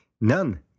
None